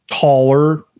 taller